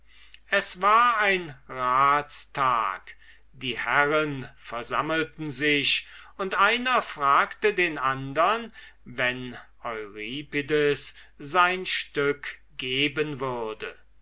es war ein ratstag die herren versammelten sich und einer fragte den andern wenn euripides sein stück geben würde